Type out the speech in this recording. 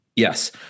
Yes